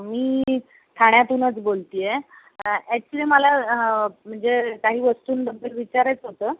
मी ठाण्यातूनच बोलते आहे ॲक्च्युली मला म्हणजे काही वस्तूंबद्दल विचारायचं होतं